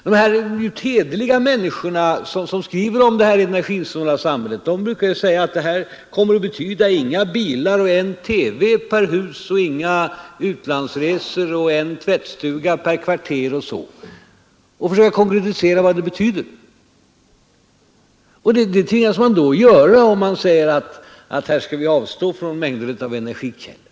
De hederliga människor som skriver om det energisnåla samhället brukar ju säga att detta kommer att betyda: inga bilar, en TV per hus, inga utlandsresor, en tvättstuga per kvarter, osv. De försöker alltså konkretisera vad det betyder. Det tvingas man göra, om man säger att vi skall avstå från mängder av energikällor.